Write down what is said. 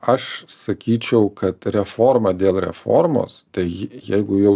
aš sakyčiau kad reforma dėl reformos tai jeigu jau